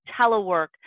telework